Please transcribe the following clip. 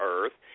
Earth